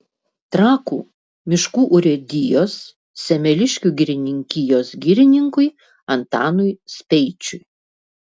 trakų miškų urėdijos semeliškių girininkijos girininkui antanui speičiui